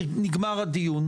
הוא אמר שתי מילים וכבר התערבת.